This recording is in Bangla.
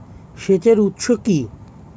সেচের উৎস কি?